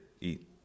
eat